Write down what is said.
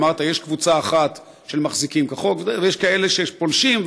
אמרת: יש קבוצה אחת של מחזיקים כחוק ויש כאלה שפולשים,